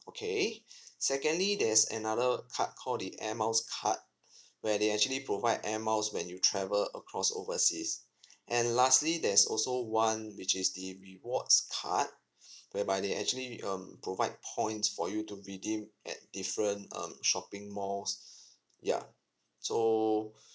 okay secondly there's another card call the air miles card where they actually provide air miles when you travel across overseas and lastly there's also one which is the rewards card whereby they actually um provide points for you to redeem at different um shopping malls ya so